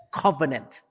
covenant